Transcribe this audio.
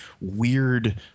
weird